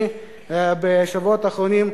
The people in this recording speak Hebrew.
אני טיפלתי בשבועות האחרונים,